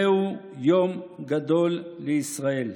זהו יום גדול לישראל.